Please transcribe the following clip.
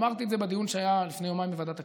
אמרתי את זה בדיון שהיה לפני יומיים בוועדת הכספים,